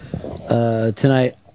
tonight